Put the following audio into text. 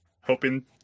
Hoping